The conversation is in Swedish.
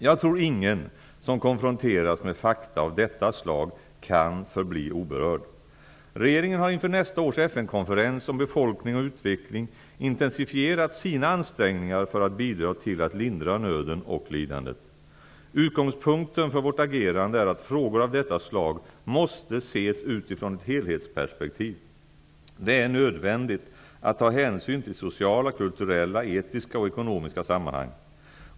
Jag tror ingen som konfronteras med fakta av detta slag kan förbli oberörd. Regeringen har inför nästa års FN-konferens om befolkning och utveckling intensifierat sina ansträngningar för att bidra till att lindra nöden och lidandet. Utgångspunkten för vårt agerande är att frågor av detta slag måste ses utifrån ett helhetsperspektiv. Det är nödvändigt att ta hänsyn till sociala, kulturella, etiska och ekonomiska sammanhang.